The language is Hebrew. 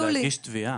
רגע, להגיש תביעה.